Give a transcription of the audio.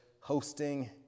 hosting